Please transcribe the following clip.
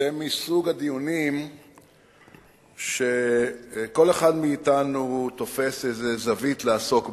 זה מסוג הדיונים שבהם כל אחד מאתנו תופס איזו זווית לעסוק בה,